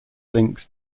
links